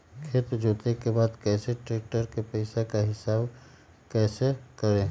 खेत जोते के बाद कैसे ट्रैक्टर के पैसा का हिसाब कैसे करें?